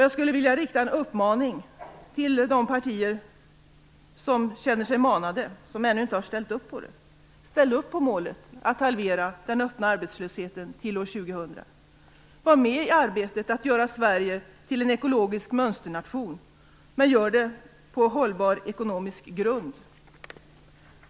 Jag skulle vilja rikta en uppmaning till de partier som känner sig manade, men som ännu inte har ställt upp på det, att ställa upp på målet att halvera den öppna arbetslösheten till år 2000. Var med i arbetet att göra Sverige till en ekologisk mönsternation, men gör det på en hållbar ekonomisk grund!